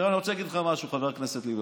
תראה, אני רוצה להגיד לך משהו, חבר הכנסת ליברמן: